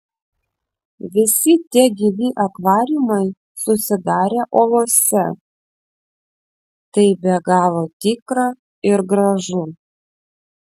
visi tie gyvi akvariumai susidarę uolose tai be galo tikra ir gražu